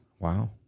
Wow